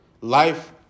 Life